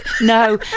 No